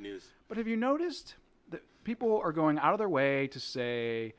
news but have you noticed the people who are going out of their way to say